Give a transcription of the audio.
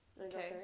Okay